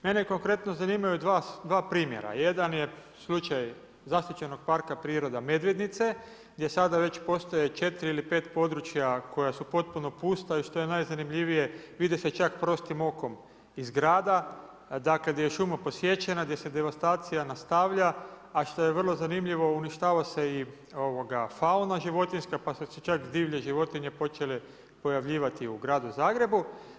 Mene konkretno zanimaju dva primjera, jedan je slučaj zaštićenog Parka priroda Medvednice gdje sada već postoji 4 ili 5 područja koja su potpuno pusta i što je najzanimljivije vidi se čak prostim okom iz grada dakle gdje je šuma posvećena, gdje se devastacija nastavlja a što je vrlo zanimljivo uništava se i fauna životinjska pa su se čak divlje životinje počele pojavljivati u gradu Zagrebu.